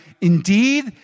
Indeed